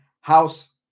House